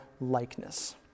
likeness